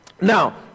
Now